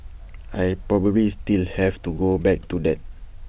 I probably still have to go back to that